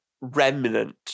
remnant